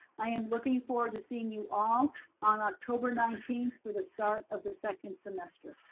i am looking forward to seeing you all on october nineteenth for the start of the second semester.